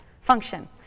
function